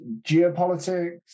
geopolitics